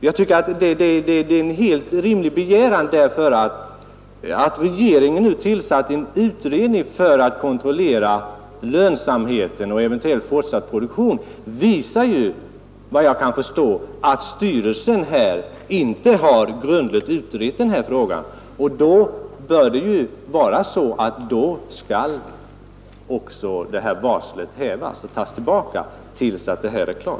Jag tycker att detta är en helt rimlig begäran, därför att det faktum att regeringen tillsatt en utredning för att kontrollera lönsamheten av en eventuellt fortsatt produktion visar — enligt vad jag kan förstå — att styrelsen inte grundligt utrett frågan. Då bör också utfärdat varsel tas tillbaka tills saken är klar.